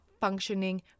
functioning